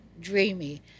dreamy